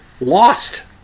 lost